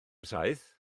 saith